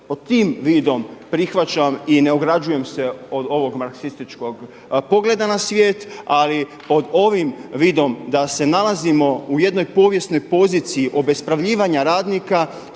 Pod tim vidom prihvaćam i ne ograđujem se od ovog marksističkog pogleda na svijet, ali pod ovim vidom da se nalazimo u jednoj povijesnoj poziciji obespravljivanja radnika